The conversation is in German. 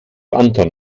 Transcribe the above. anton